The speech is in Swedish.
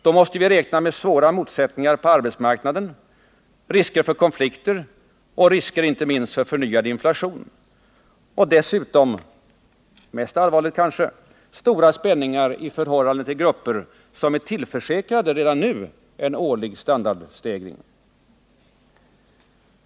Då måste vi räkna med svåra motsättningar på arbetsmarknaden, med risker för konflikter och risker inte minst för en förnyad inflation och dessutom — mest allvarligt kanske — med stora spänningar i förhållande till grupper som redan nu är tillförsäkrade en årlig standardstegring.